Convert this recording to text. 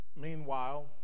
Meanwhile